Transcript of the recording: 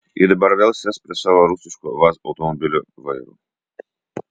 ji dabar vėl sės prie savo rusiško vaz automobilio vairo